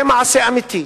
זה מעשה אמיתי.